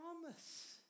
promise